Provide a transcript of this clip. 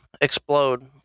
explode